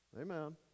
Amen